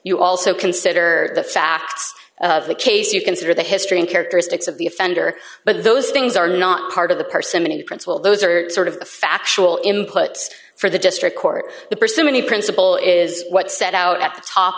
you also consider the fact of the case you consider the history and characteristics of the offender but those things are not part of the parsonage principle those are sort of the factual inputs for the district court the pursue many principle is what set out at the top